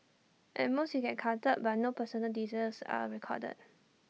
at most you get carded but no personal details are recorded